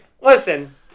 Listen